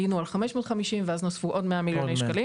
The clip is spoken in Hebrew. היינו על כ-550 מיליון שקלים